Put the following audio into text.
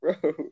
bro